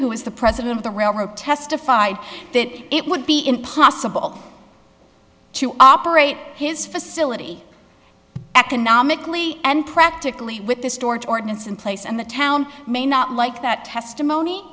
who is the president of the railroad testified that it would be impossible to operate his facility economically and practically with this storage ordinance in place and the town may not like that testimony